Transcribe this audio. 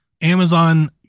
Amazon